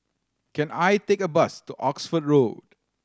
can I take a bus to Oxford Road